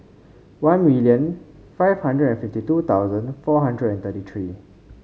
one million five hundred and fifty two thousand four hundred and thirty three